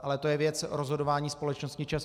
Ale to je věc rozhodování společnosti ČEZ.